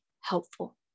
helpful